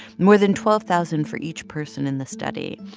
more than twelve thousand for each person in the study,